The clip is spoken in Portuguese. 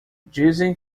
dizem